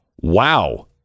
wow